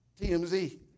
TMZ